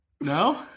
No